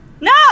No